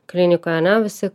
klinikoje ar ne visi